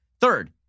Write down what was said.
Third